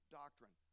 doctrine